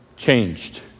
changed